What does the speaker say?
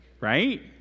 right